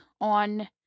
on